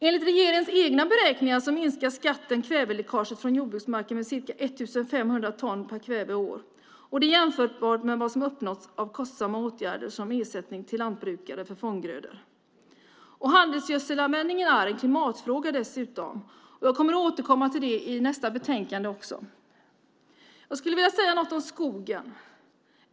Enligt regeringen egna beräkningar minskar skatten kväveläckaget från jordbruksmarken med ca 1 500 ton kväve per år. Det är jämförbart med vad som uppnåtts med kostsamma åtgärder som ersättning till lantbrukare för fånggrödor. Handelsgödselsanvändningen är dessutom en klimatfråga. Jag kommer att återkomma till den också under debatten om nästa betänkande. Jag vill också säga något om skogen.